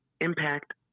impact